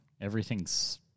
Everything's